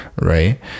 right